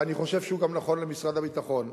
ואני חושב שהוא גם נכון למשרד הביטחון.